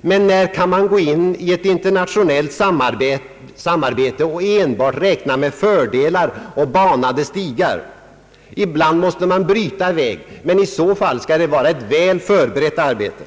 Men när kan man gå in i ett internationellt samarbete och enbart räkna med fördelar och banade stigar? Ibland måste man bryta väg, men i så fall skall det vara ett väl förberett arbete.